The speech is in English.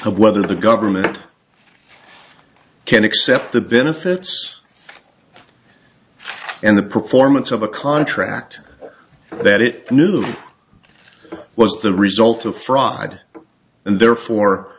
of whether the government can accept the benefits in the performance of a contract that it knew was the result of fraud and therefore